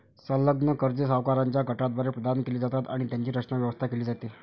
संलग्न कर्जे सावकारांच्या गटाद्वारे प्रदान केली जातात आणि त्यांची रचना, व्यवस्था केली जाते